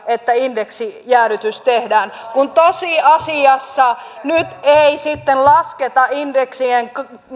että indeksijäädytys tehdään kun tosiasiassa nyt ei lasketa indeksien